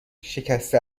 شکسته